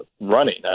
running